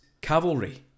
Cavalry